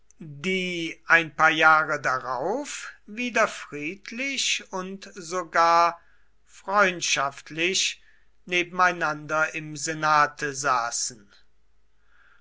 die ein paar jahre darauf wieder friedlich und sogar freundschaftlich nebeneinander im senate saßen